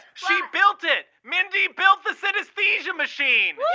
she built it. mindy built the synesthesia machine